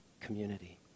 community